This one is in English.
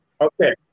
Okay